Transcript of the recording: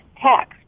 text